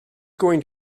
going